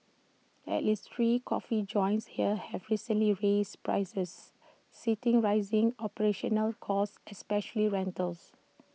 at least three coffee joints here have recently raised prices citing rising operational costs especially rentals